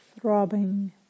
throbbing